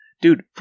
Dude